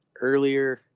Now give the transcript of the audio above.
earlier